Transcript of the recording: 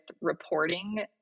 reporting